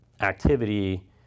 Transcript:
activity